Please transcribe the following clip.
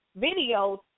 videos